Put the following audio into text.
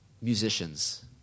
musicians